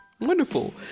Wonderful